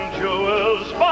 jewels